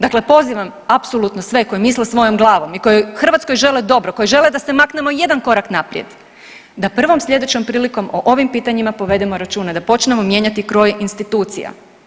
Dakle, pozivam apsolutno sve koji misle svojom glavom i koji Hrvatskoj žele dobro, koji žele da se maknemo jedan korak naprijed, da prvom sljedećom prilikom o ovim pitanjima povedemo računa, da počnemo mijenjati kroj institucija.